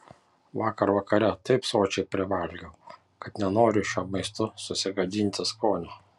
vakar vakare taip sočiai privalgiau kad nenoriu šiuo maistu susigadinti skonio